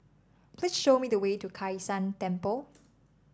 please show me the way to Kai San Temple